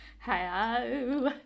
hello